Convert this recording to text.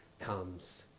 comes